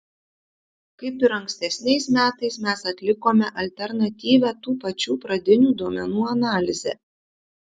kaip ir ankstesniais metais mes atlikome alternatyvią tų pačių pradinių duomenų analizę